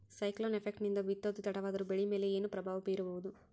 Cyclone effect ನಿಂದ ಬಿತ್ತೋದು ತಡವಾದರೂ ಬೆಳಿ ಮೇಲೆ ಏನು ಪ್ರಭಾವ ಬೀರಬಹುದು?